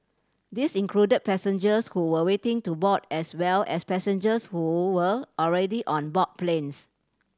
these included passengers who were waiting to board as well as passengers who were already on board planes